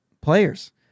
players